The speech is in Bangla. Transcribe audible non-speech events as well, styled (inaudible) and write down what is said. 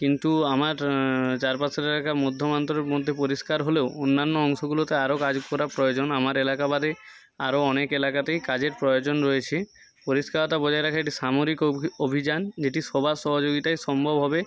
কিন্তু আমার চারপাশের এলাকা মধ্য (unintelligible) মধ্যে পরিষ্কার হলেও অন্যান্য অংশগুলোতে আরও কাজ করা প্রয়োজন আমার এলাকা বাদে আরও অনেক এলাকাতেই কাজের প্রয়োজন রয়েছে পরিষ্কারতা বজায় রাখা একটি সামরিক অভিযান যেটি সবার সহযোগিতায় সম্ভব হবে